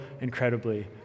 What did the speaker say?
incredibly